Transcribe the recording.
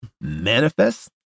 manifest